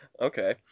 Okay